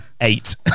Eight